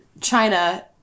China